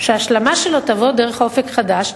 שהשלמה שלו תבוא דרך "אופק חדש",